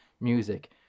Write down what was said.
music